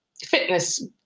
fitness